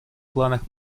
планах